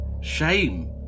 shame